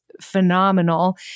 phenomenal